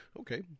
Okay